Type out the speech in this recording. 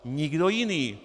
Nikdo jiný.